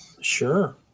sure